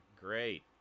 great